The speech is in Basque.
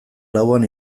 lauan